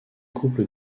couple